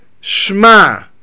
Shema